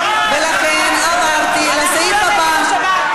ולכן עברתי לסעיף הבא,